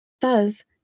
Thus